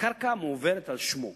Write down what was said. והקרקע מועברת על שמו.